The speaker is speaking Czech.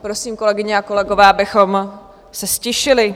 Prosím, kolegyně a kolegové, abychom se ztišili.